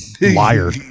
liar